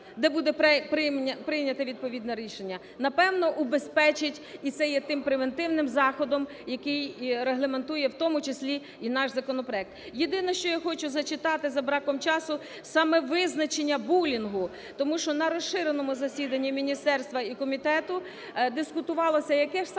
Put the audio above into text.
де буде прийняте відповідне рішення, напевно, убезпечить, і це є тим превентивним заходом, який регламентує в тому числі і наш законопроект. Єдине, що я хочу зачитати, за браком часу, саме визначення булінгу. Тому що на розширеному засіданні міністерства і комітету дискутувалося, яке ж саме